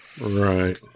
Right